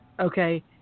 Okay